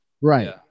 right